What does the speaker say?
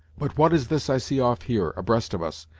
but what is this i see off here, abreast of us,